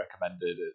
recommended